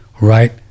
right